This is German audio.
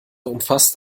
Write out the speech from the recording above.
umfasst